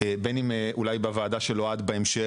בין אם אולי בוועדה של אוהד בהמשך,